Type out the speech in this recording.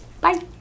Bye